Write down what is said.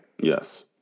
Yes